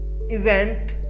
event